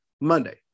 Monday